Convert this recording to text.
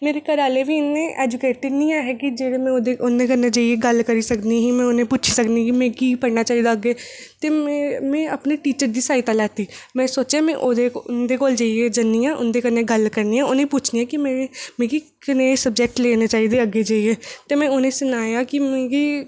मेरे घरै आह्ले बी इन्ने एजुकेटिव निं ऐहे कि जेह्ड़ा में उं'दे कन्नै गल्ल करी सकां ते नां गै उ'नेंगी पुच्छी सकदी कि अग्गें मिगी पढ़ना चाहिदा ते अपने टीचर दी सहायता लैती ते में सोचेआ कि में उं'दे कोल जन्नी आं ते उं'दे कन्नै गल्ल करनी आं ते उ'नेंगी पुच्छनी आं कि मिगी कनेह् सब्जैक्ट लैने चाहिदे अग्गें जाइयै ते में उ'नेंगी सनाया कि मिगी